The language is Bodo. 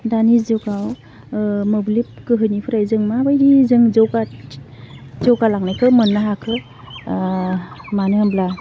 दानि जुगाव मोब्लिब गोहोनिफ्राय जों माबायदियै जौगाथि जौगालानायखौ मोननो हाखो मानो होमब्ला